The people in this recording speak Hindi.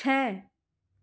छः